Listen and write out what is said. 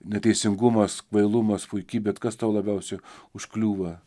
neteisingumas kvailumas puiky bet kas tau labiausiai užkliūva